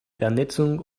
vernetzung